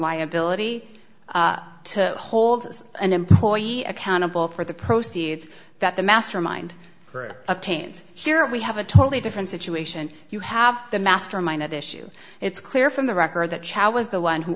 liability to hold an employee accountable for the proceeds that the mastermind obtains here we have a totally different situation you have the mastermind at issue it's clear from the record that child was the one who